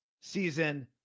season